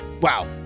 Wow